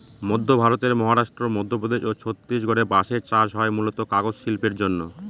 মধ্য ভারতের মহারাষ্ট্র, মধ্যপ্রদেশ ও ছত্তিশগড়ে বাঁশের চাষ হয় মূলতঃ কাগজ শিল্পের জন্যে